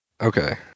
Okay